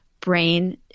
brain